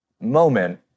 moment